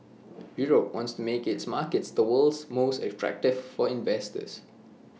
Europe wants to make its markets the world's most attractive for investors